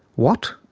what.